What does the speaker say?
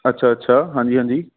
ਅੱਛਾ ਅੱਛਾ ਹਾਂਜੀ ਹਾਂਜੀ